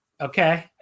okay